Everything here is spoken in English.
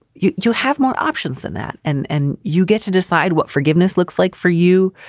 you you have more options than that. and and you get to decide what forgiveness looks like for you.